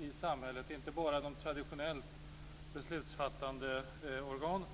i samhället, inte bara till de traditionellt beslutsfattande organen.